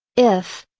if,